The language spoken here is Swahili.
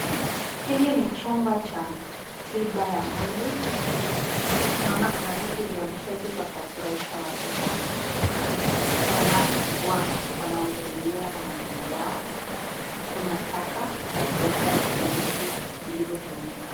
Hili ni chumba cha tiba ya mwili. Tunaona kuna vitu vya mchezo za kuwafurahisha watoto wanapokuwa wanaongelelea maneno yao. Kuna taka la kuweka vizuizi vilivyotumika.